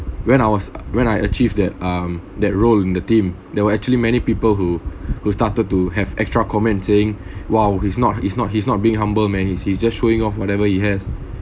when I was when I achieve that um that role in the team there were actually many people who who started to have extra comment saying !wah! he's not he's not he's not being humble man is he's just showing off whatever he has